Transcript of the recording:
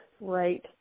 right